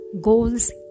goals